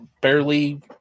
barely